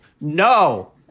No